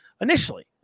initially